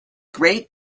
great